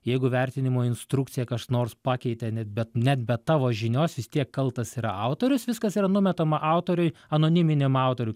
jeigu vertinimo instrukciją kas nors pakeitė net be net be tavo žinios vis tiek kaltas yra autorius viskas yra numetama autoriui anoniminiam autoriui